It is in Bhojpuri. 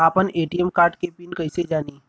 आपन ए.टी.एम कार्ड के पिन कईसे जानी?